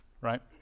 right